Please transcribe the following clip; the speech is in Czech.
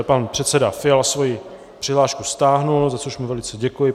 Pan předseda Fiala svoji přihlášku stáhl, za což mu velice děkuji.